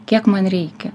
kiek man reikia